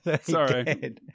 Sorry